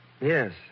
Yes